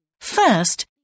First